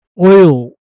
oil